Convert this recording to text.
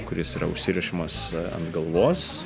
kuris yra užsirišimas ant galvos